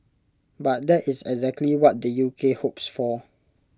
but that is exactly what the U K hopes for